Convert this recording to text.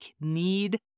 need